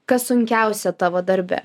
kas sunkiausia tavo darbe